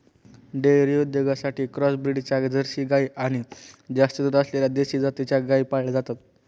dairy उद्योगासाठी cross ब्रीडच्या Jersey गाई आणि जास्त दूध असलेल्या देशी जातीच्या गायी पाळल्या जातात